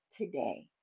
today